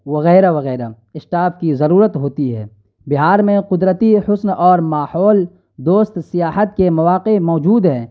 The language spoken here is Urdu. وغیرہ وغیرہ اسٹاف کی ضرورت ہوتی ہے بہار میں قدرتی حسن اور ماحول دوست سیاحت کے مواقع موجود ہیں